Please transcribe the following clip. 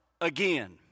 again